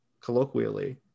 Colloquially